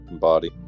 body